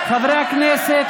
חברי הכנסת,